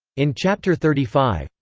in chapter thirty five,